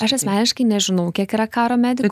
aš asmeniškai nežinau kiek yra karo medikų